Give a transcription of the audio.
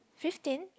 fifteen